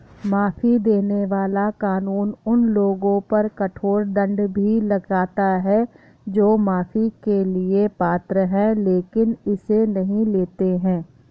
माफी देने वाला कानून उन लोगों पर कठोर दंड भी लगाता है जो माफी के लिए पात्र हैं लेकिन इसे नहीं लेते हैं